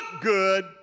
good